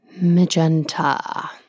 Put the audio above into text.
Magenta